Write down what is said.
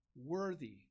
worthy